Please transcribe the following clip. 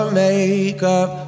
makeup